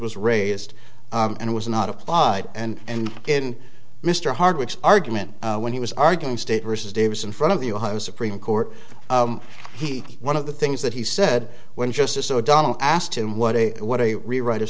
was raised and it was not applied and in mr hardwick's argument when he was arguing state versus davis in front of the ohio supreme court he one of the things that he said when justice o'donnell asked him what a what a rewrite